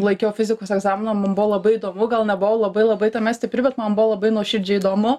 laikiau fizikos egzaminą mum buvo labai įdomu gal nebuvau labai labai tame stipri bet man buvo labai nuoširdžiai įdomu